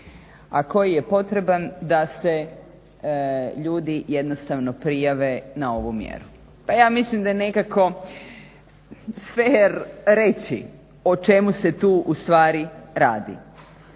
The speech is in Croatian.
a koji je potreban da se ljudi jednostavno prijave na ovu mjeru. Pa ja mislim da je nekako fer reći o čemu se tu u stvari radi.